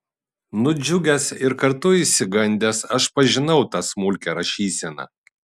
nudžiugęs ir kartu išsigandęs aš pažinau tą smulkią rašyseną